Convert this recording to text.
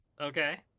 Okay